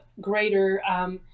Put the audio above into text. greater